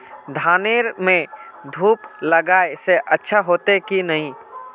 धानेर में धूप लगाए से अच्छा होते की नहीं?